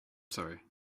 sorry